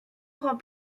prend